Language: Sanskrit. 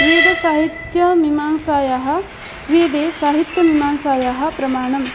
वेदसाहित्यमीमांसायाः वेदे साहित्यमीमांसायाः प्रमाणं